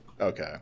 Okay